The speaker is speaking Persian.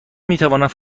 میتوانند